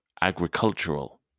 Agricultural